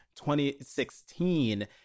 2016